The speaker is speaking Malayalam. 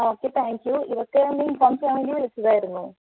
ഓക്കെ താങ്ക് യു ഇതൊക്കെ ഒന്ന് ഇൻഫോം ചെയ്യാൻവേണ്ടി വിളിച്ചതായിരുന്നു